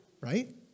right